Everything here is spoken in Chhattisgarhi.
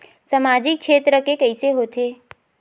सामजिक क्षेत्र के कइसे होथे?